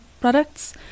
products